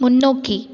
முன்னோக்கி